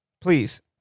Please